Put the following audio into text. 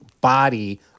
body